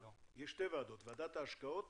יש שתי ועדות, ועדת ההשקעות